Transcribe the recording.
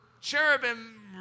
cherubim